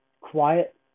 Quiet